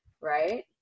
right